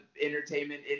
entertainment